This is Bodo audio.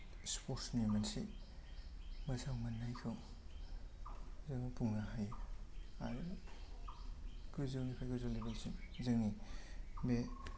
स्पर्ट्स नि मोनसे मोजां मोन्नायखौ जोङो बुंनो हायो आरो गोजौनिफ्राय गोजौ लेबेल सिम जोंनि बे